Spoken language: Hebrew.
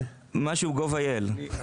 משהו Gov.il.